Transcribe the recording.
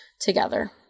together